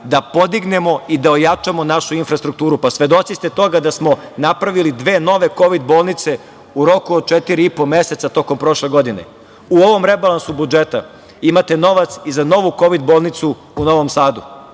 da podignemo i da ojačamo našu infrastrukturu. Svedoci ste toga da smo napravili dve nove kovid bolnice u roku od četiri i po meseca tokom prošle godine. U ovom rebalansu budžeta imate novac i za novu kovid bolnicu u Novom Sadu.